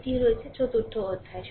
এটি রয়েছে চতুর্থ অধ্যায়